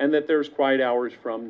and that there's quite hours from